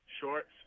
Shorts